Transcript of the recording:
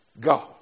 go